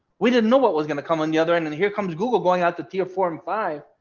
we didn't know what was going to come on the other end. and here comes google going out to tier four and five,